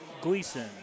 Gleason